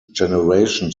generation